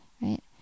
right